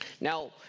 Now